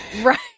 Right